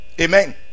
Amen